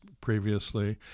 previously